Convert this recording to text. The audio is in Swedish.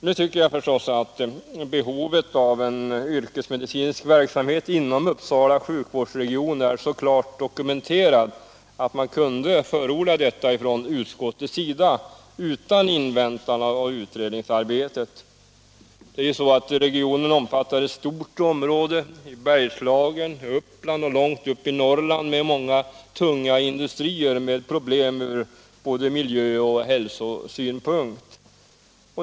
Nu tycker jag att behovet av en yrkesmedicinsk verksamhet inom Uppsala sjukvårdsregion är så klart dokumenterat att man kunde förorda denna klinik från utskottets sida utan inväntande av utredningsarbetet. Regionen omfattar ett stort område i Bergslagen, i Uppland och långt upp i Norrland med många tunga industrier med problem ur miljöoch hälsosynpunkt.